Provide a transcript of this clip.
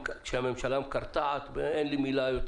כשהממשלה מקרטעת ואין לי מילה יותר